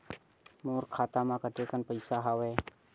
मोर खाता म कतेकन पईसा हवय?